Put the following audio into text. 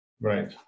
Right